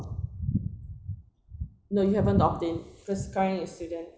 no you haven't opt in because currently you're student